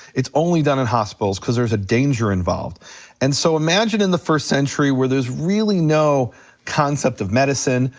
it's only done in hospitals cause there's a danger involved and so imagine in the first century where there's really no concept of medicine,